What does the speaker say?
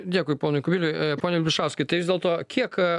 dėkui ponui kubiliui pone vilpišauskai vis dėlto kiek